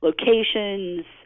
locations